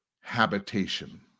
habitation